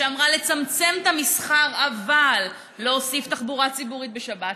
שאמרה לצמצם את המסחר אבל להוסיף תחבורה ציבורית בשבת,